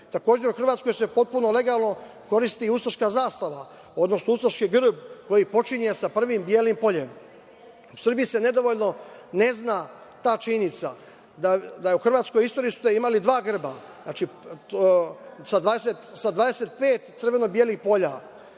u Hrvatskoj se potpuno legalno koristi ustaška zastava, odnosno ustaški grb koji počinje sa prvim belim poljem. U Srbiji se nedovoljno ne zna ta činjenica, da su u hrvatskoj istoriji imali dva grba. Znači, sa 25 crveno belih polja